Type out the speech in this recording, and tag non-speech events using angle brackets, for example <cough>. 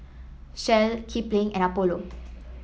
Shell Kipling and Apollo <noise>